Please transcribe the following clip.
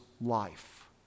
life